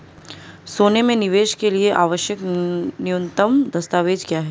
सोने में निवेश के लिए आवश्यक न्यूनतम दस्तावेज़ क्या हैं?